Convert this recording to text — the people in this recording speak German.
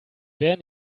wer